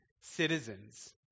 citizens